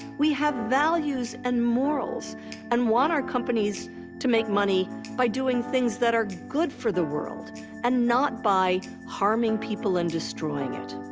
we have values and morals and want our companies to make money by doing things that are good for the world and not by harming people and destroying it.